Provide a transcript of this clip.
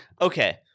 okay